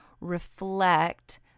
reflect